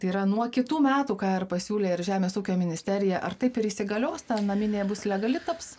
tai yra nuo kitų metų ką ir pasiūlė ir žemės ūkio ministerija ar taip ir įsigalios naminė bus legali taps